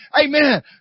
Amen